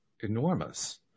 enormous